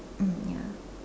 mm ya